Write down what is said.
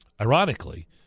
ironically